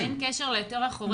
אין קשר להיתר החורג.